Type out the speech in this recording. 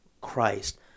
Christ